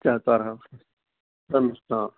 चत्वारः संस्था